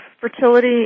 fertility